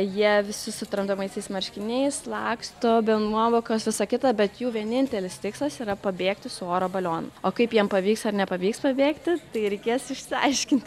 jie visi su tramdomaisiais marškiniais laksto be nuovokos visa kita bet jų vienintelis tikslas yra pabėgti su oro balionu o kaip jiem pavyks ar nepavyks pabėgti tai reikės išsiaiškinti